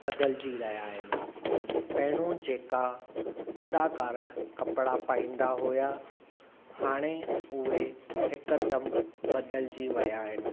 बदिलजी रहिया आहिनि पहिरों जेका अदाकार कपिड़ा पाईंदा हुआ हाणे उहे हिकदमि बदिलजी विया आहिनि